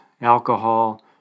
alcohol